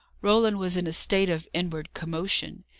roland was in a state of inward commotion.